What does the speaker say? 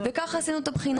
וכך עשינו את הבחינה.